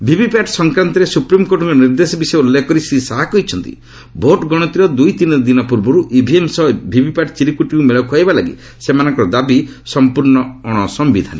VVPAT ସଂକ୍ରାନ୍ତରେ ସୁପ୍ରିମ୍କୋର୍ଟଙ୍କ ନିର୍ଦ୍ଦେଶ ବିଷୟ ଉଲ୍ଲେଖ କରି ଶ୍ରୀ ଶାହା କହିଛନ୍ତି ଭୋଟ୍ ଗଣତିର ଦୁଇ ଦିନ ପୂର୍ବରୁ ଇଭିଏମ୍ ସହ ଭିଭିପାଟ୍ ଚିରୁକୁଟି ମେଳ ଖୁଆଇବା ଲାଗି ସେମାନଙ୍କର ଦାବି ସମ୍ପର୍ଣ୍ଣ ଅଣସାମ୍ବିଧାନିକ